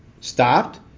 stopped